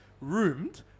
roomed